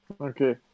Okay